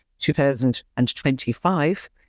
2025